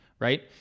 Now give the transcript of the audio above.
Right